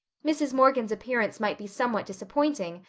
mrs. morgan's appearance might be somewhat disappointing,